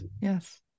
Yes